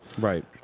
Right